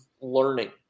learning